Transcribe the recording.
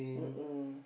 mmhmm